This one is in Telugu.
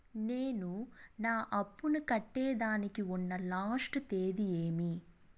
నేను నా అప్పుని కట్టేదానికి ఉన్న లాస్ట్ తేది ఏమి?